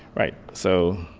right. so